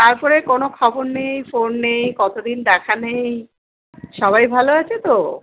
তারপরে কোনও খবর নেই ফোন নেই কত দিন দেখা নেই সবাই ভালো আছে তো